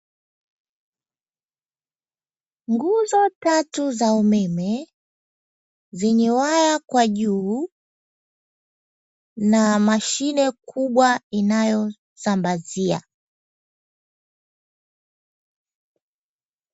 Nguzo tatu za umeme zenye waya kwa juu, na mashine kubwa inayosambazia.